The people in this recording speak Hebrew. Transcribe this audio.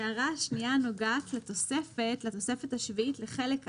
ההערה השנייה נוגעת לתוספת השביעית, לחלק א',